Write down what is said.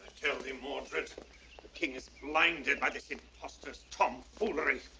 tell thee, mordred, the king is blinded by this impostor's tomfoolery.